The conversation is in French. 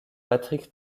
patrick